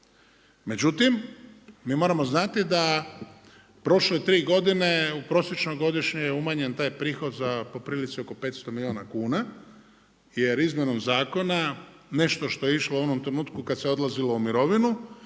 Međutim, mi moramo znati da prošle 3 godine prosječno godišnje je umanjen taj prihod za poprilici oko 500 milijuna kuna. Jer izmjenom zakona, nešto što je išlo u onom trenutku kada se odlazilo u mirovinu